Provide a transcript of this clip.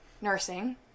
nursing